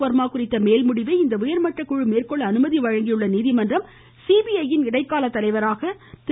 வர்மா குறித்த மேல்முடிவை இந்த உயர்மட்ட குழு மேற்கொள்ள அனுமதி வழங்கியுள்ள நீதிமன்றம் சிபிஐயின் இடைக்காலத் தலைவராக திரு